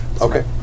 Okay